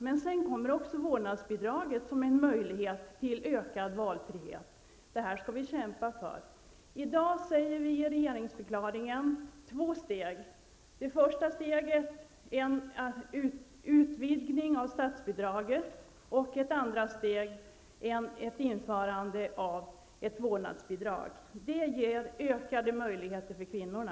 Därutöver kommer vårdnadsbidraget som en möjlighet till ökad valfrihet. Det här skall vi kämpa för. I regeringsförklaringen talas om två steg. Det första steget är en utvidgning av statsbidraget, och det andra steget är ett införande av ett vårdnadsbidrag. Det ger ökade möjligheter för kvinnorna.